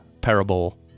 parable